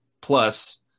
plus